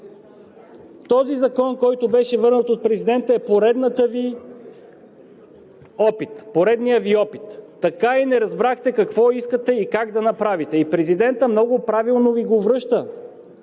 Този закон, който беше върнат от президента, е поредният Ви опит. Така и не разбрахте какво искате и как да направите, и президентът много правилно Ви го връща.